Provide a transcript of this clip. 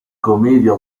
commedia